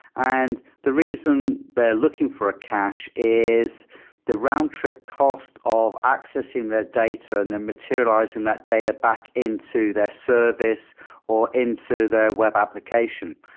and the reason they're looking for a cache is the round trip cost of accessing their data and they're materializing that data back into their service or into their web application.